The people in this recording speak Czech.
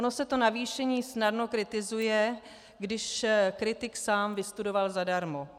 Ono se to navýšení snadno kritizuje, když kritik sám vystudoval zadarmo.